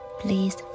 please